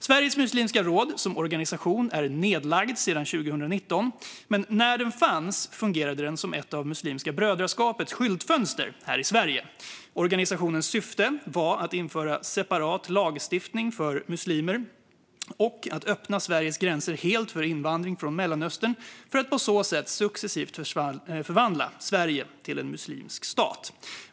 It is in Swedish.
Sveriges muslimska råd som organisation är nedlagd sedan december 2019, men när den fanns fungerade den som ett av Muslimska brödraskapets skyltfönster i Sverige. Organisationens syfte var att införa separat lagstiftning för muslimer och att öppna Sveriges gränser helt för invandring från Mellanöstern för att på så sätt successivt förvandla Sverige till en muslimsk stat.